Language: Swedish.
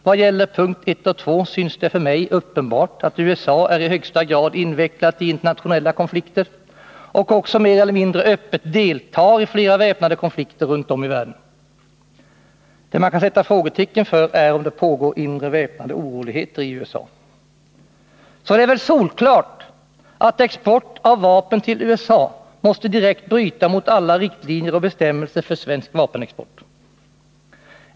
Vad gäller punkterna 1 och 2 synes det mig uppenbart att USA i högsta grad är invecklat i internationella konflikter och även mer eller mindre öppet deltar i flera väpnade konflikter runt om i världen. Vad man kan sätta frågetecken för är om det pågår inre väpnade oroligheter i USA. Så det är väl solklart att export av vapen till USA direkt måste bryta mot alla riktlinjer och bestämmelser för svensk vapenexport.